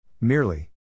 Merely